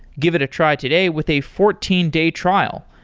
give it a try today with a fourteen day trial.